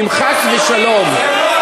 ניסן,